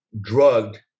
drugged